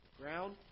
ground